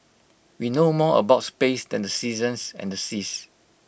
we know more about space than the seasons and the seas